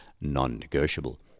non-negotiable